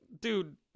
dude